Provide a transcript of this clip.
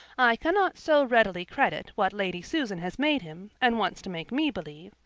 i cannot so readily credit what lady susan has made him, and wants to make me believe,